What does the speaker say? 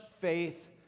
faith